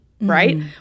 right